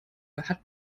hat